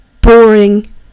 boring